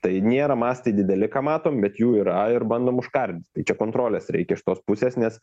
tai nėra mąstai dideli ką matom bet jų yra ir bandom užkardyt čia kontrolės reikia iš tos pusės nes